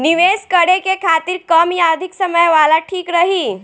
निवेश करें के खातिर कम या अधिक समय वाला ठीक रही?